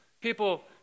people